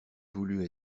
voulut